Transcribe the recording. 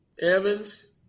Evans